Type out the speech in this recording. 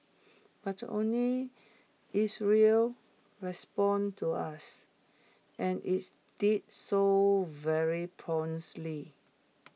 but only Israel responded to us and IT did so very promptly